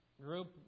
group